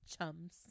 chums